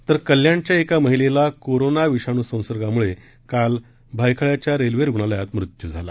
तर कल्याणच्या एका महिलेचा कोरोना विषाणू संसर्गामुळे काल भायखळ्याच्या रेल्वे रुग्णालयात मृत्यू झाला